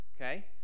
Okay